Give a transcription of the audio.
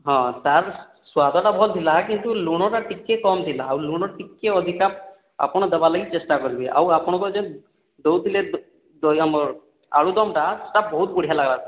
ହଁ ତାର ସ୍ଵାଦ ଟା ଭଲ ଥିଲା କିନ୍ତୁ ଲୁଣ ଟା ଟିକେ କମ୍ ଥିଲା ଆଉ ଲୁଣ ଟିକେ ଅଧିକା ଆପଣ ଦେବା ଲାଗି ଚେଷ୍ଟା କରିବେ ଆଉ ଆପଣଙ୍କର ଯେନ୍ ଦେଉଥିଲେ ଯେଉଁ ଆମର ଆଳୁଦମ୍ ଟା ସେଟା ବହୁତ ବଢ଼ିଆ ଲାଗିଲା